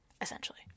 essentially